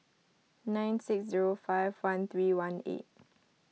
nine six zero five one three one eight